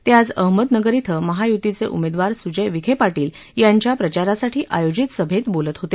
ते आज अहमदनगर इथं महायतीचे उमेदवार सुजय विखे पाटील यांच्या प्रचारासाठी आयोजित सभेत बोलत होते